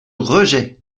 rejet